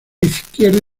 izquierdo